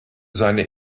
seine